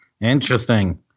Interesting